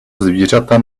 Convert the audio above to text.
zvířata